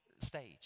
stage